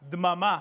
דממה.